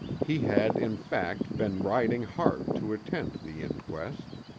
he had, in fact, been riding hard to attend the inquest.